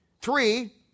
three